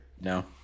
No